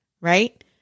right